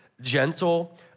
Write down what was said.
gentle